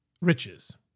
riches